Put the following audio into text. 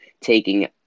taking